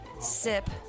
sip